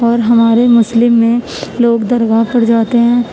اور ہمارے مسلم میں لوگ درگاہ پر جاتے ہیں